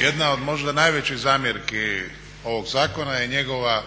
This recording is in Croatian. jedna od možda najvećih zamjerki ovog zakona je njegova